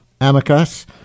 Amicus